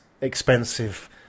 expensive